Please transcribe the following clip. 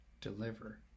deliver